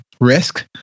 risk